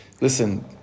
listen